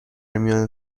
میان